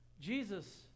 Jesus